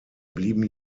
blieben